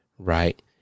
Right